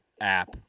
app